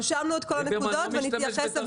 רשמנו את כל הנקודות ונתייחס.